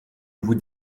vous